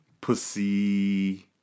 Pussy